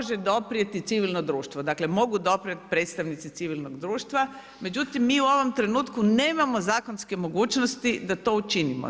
Može doprijeti civilno društvo, dakle, mogu doprijeti predstavnici civilnog društva, međutim, mi u ovom trenutku nemamo zakonske mogućnosti da to učinimo.